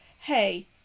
hey